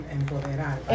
empoderar